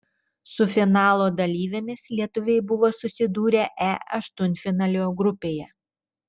su finalo dalyvėmis lietuviai buvo susidūrę e aštuntfinalio grupėje